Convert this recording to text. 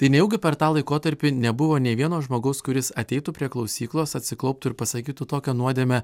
tai nejaugi per tą laikotarpį nebuvo nei vieno žmogaus kuris ateitų prie klausyklos atsiklauptų ir pasakytų tokią nuodėmę